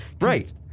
Right